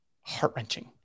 heart-wrenching